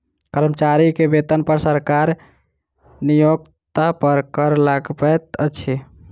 कर्मचारी के वेतन पर सरकार नियोक्ता पर कर लगबैत अछि